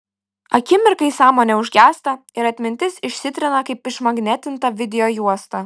akimirkai sąmonė užgęsta ir atmintis išsitrina kaip išmagnetinta videojuosta